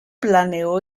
planeó